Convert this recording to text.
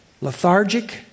lethargic